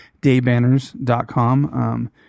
daybanners.com